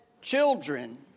children